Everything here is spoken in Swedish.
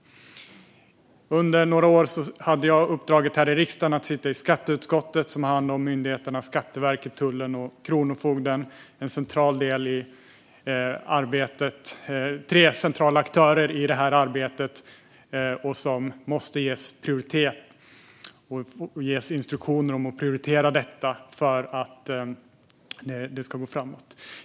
Under några år satt jag i riksdagens skatteutskott, som har hand om myndigheterna Skatteverket, Tullverket och Kronofogdemyndigheten. Det är tre centrala aktörer i det här arbetet som måste ges prioritet och få instruktioner om att prioritera detta för att det ska gå framåt.